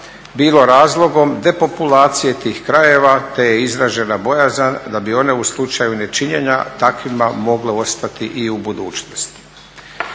bilo razlogom depopulacije tih krajeva, te je izražena bojazan da bi one u slučaju nečinjenja takvima mogle ostati i u budućnosti.